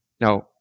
Now